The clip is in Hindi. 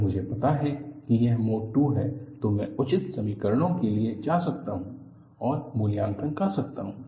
अगर मुझे पता है कि यह मोड 2 है तो मैं उचित समीकरणों के लिए जा सकता हूं और मूल्यांकन कर सकता हूं